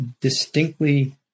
distinctly